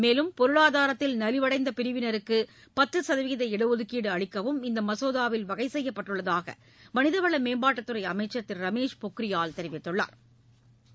மேலும் பொருளாதாரத்தில் நலிவடைந்த பிரிவினருக்கு பத்து சதவீத இடஒதுக்கீடு அளிக்கவும் இந்த மசோதாவில் வகை செய்யப்பட்டுள்ளதாக மனிதவள மேம்பாட்டுத் துறை அமைச்சர் திரு ரமேஷ் பொக்ரியால் தெரிவித்துள்ளா்